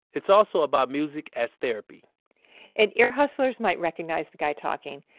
it's also about music as therapy and ear hustlers might recognize the guy talking.